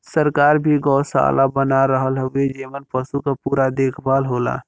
सरकार भी गौसाला बना रहल हउवे जेमन पसु क पूरा देखभाल होला